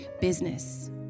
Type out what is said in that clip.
business